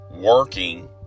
working